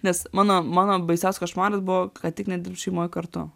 nes mano mano baisiausias košmaras buvo kad tik nedirbt šeimoj kartu